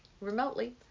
remotely